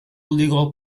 legal